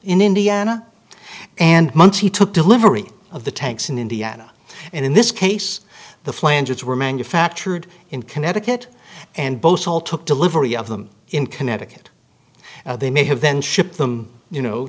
in indiana and months he took delivery of the tanks in indiana and in this case the flanges were manufactured in connecticut and both all took delivery of them in connecticut they may have been shipped them you know